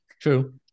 True